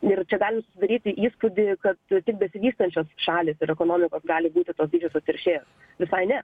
ir čia gali sudaryti įspūdį kad besivystančios šalys ir ekonomikos gali būti tos didžiosios teršėjos visai ne